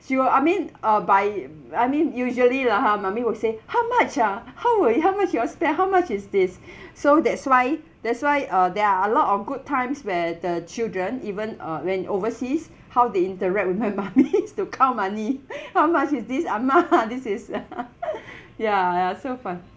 she will I mean uh by I mean usually lah ha mummy would say how much ah how !oi! how much you all spend how much is this so that's why that's why uh there are a lot of good times where the children even uh when overseas how they interact with my mummy to count money how much is this ah mah this is ya ya so fun